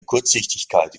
kurzsichtigkeit